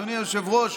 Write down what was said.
אדוני היושב-ראש,